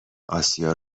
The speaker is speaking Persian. آسیا